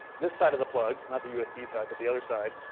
this side of the plug, not the usb side, but the other side,